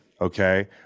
Okay